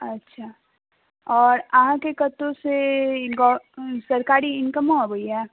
अच्छा आओर अहाँके कतहुँ से ग सरकारी इनकमो अबैया